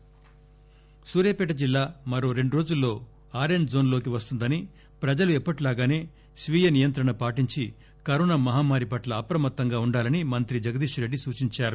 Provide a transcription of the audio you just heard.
జగదీశ్ రెడ్డి సూర్యాపేట జిల్లా మరో రెండు రోజుల్లో ఆరెంజ్ జోన్ లోకి వస్తుందనిప్రజలు ఎప్పటిలాగాసే స్వీయ నియంత్రణ పాటించి కరోనా మహమ్మారి పట్ల అప్రమత్తంగా ఉండాలని మంత్రి జగదీష్ రెడ్డి సూచించారు